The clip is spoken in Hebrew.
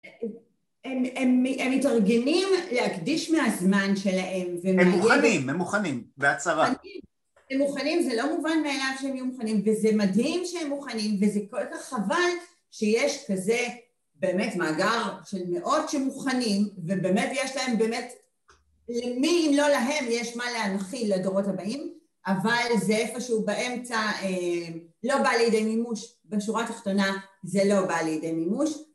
הם מתארגנים להקדיש מהזמן שלהם... הם מוכנים, הם מוכנים והצהרן. הם מוכנים, זה לא מובן מאליו שהם יהיו מוכנים, וזה מדהים שהם מוכנים, וזה כל כך חבל שיש כזה באמת מאגר של מאות של מאות של מבחנים, ובאמת יש להם באמת, מי אם לא להם, יש מה להנחיל לדורות הבאים, אבל זה איך שהוא באמצע, לא בא לידי מימוש בשורה התחתונה. זה לא בא לידי מימוש,